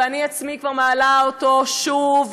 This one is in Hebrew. ואני עצמי כבר מעלה אותו שוב ושוב,